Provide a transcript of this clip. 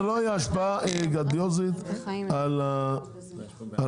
זו לא תהיה השפעה גרנדיוזית על הצרכן,